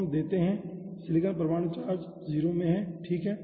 तो हम देते हैं सिलिकॉन परमाणु चार्ज 0 में है ठीक है